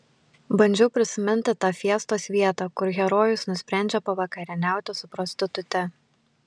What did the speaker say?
bandžiau prisiminti tą fiestos vietą kur herojus nusprendžia pavakarieniauti su prostitute